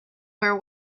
were